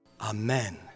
Amen